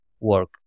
work